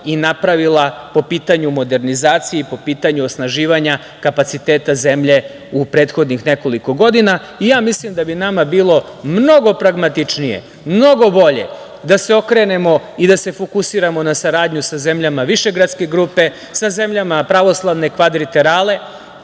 i napravila po pitanju modernizacije, po pitanju osnaživanja kapaciteta zemlje u prethodnih nekoliko godina. Mislim da bi nama bilo mnogo pragmatičnije, mnogo bolje da se okrenemo i da se fokusiramo na saradnju sa zemljama Višegradske grupe, sa zemljama „Pravoslavne kvadrilaterale.